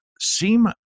seem